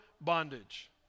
bondage